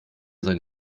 sein